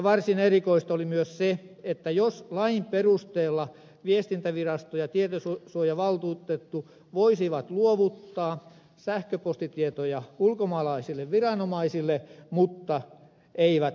varsin erikoista oli myös se että lain perusteella viestintävirasto ja tietosuojavaltuutettu voisivat luovuttaa sähköpostitietoja ulkomaalaisille viranomaisille mutta eivät suomen poliisille